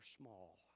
small